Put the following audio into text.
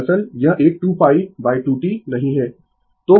दरअसल यह एक 2π 2 T नहीं है